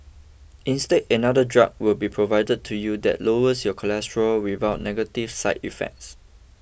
instead another drug would be provided to you that lowers your cholesterol without negative side effects